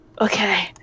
okay